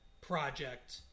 project